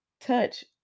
touch